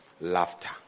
laughter